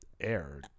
air